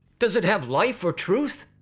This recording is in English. does it have life or truth?